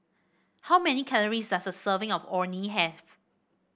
how many calories does a serving of Orh Nee have